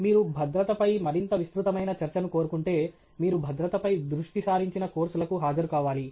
మీరు భద్రతపై మరింత విస్తృతమైన చర్చను కోరుకుంటే మీరు భద్రతపై దృష్టి సారించిన కోర్సులకు హాజరు కావాలి